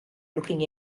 looking